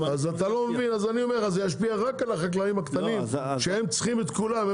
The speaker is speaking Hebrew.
זה ישפיע רק על החקלאים הקטנים שהם צריכים את כולם,